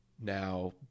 now